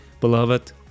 beloved